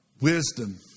wisdom